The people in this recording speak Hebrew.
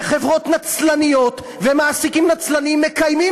וחברות נצלניות ומעסיקים נצלנים מקיימים